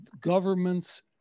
governments